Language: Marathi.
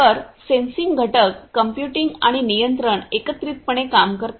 तर सेन्सिंग घटक कंप्यूटिंग आणि नियंत्रण एकत्रितपणे काम करतात